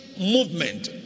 Movement